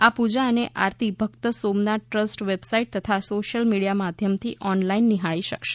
આ પૂજા અને આરતી ભક્તો સોમનાથ ટ્રસ્ટની વેબસાઈટ તથા સોશ્યલ મીડિયા માધ્યમથી ઓનલાઈન નિહાળી શકશે